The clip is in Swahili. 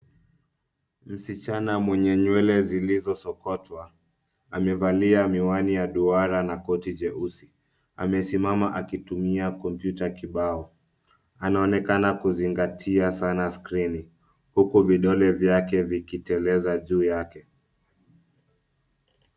Msichana mwenye nywele zilizosokotwa. Amevalia miwani ya duara na koti jeusi. Amesimama kaitumia kompyuta kibao. Anaonekana kuzingatia sana skirini , huku vidole vyake vikiteleza juu yake.